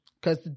Cause